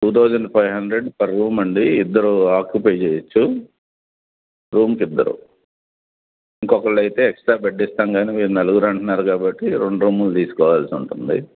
two thousand five hundred per రూమండి ఇద్దరు occupy చెయ్యచ్చు రూమ్కిద్దరు ఇంకొకళ్ళయితే ఎక్స్ట్రా బెడ్ ఇస్తాంకానీ మీరు నలుగురంటున్నారు కాబట్టి రెండు రూములు తీసుకోవాల్సుంటుంది